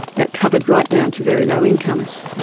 that covered right down to very low incomes.